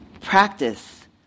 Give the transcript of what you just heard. practice